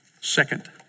Second